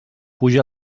puja